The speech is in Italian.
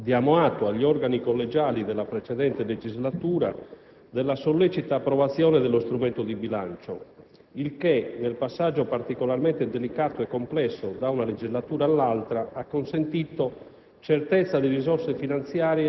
Peraltro, diamo atto agli organi collegiali della precedente legislatura della sollecita approvazione dello strumento di bilancio, il che, nel passaggio particolarmente delicato e complesso da una legislatura all'altra, ha consentito